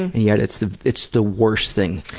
and yet it's the it's the worst thing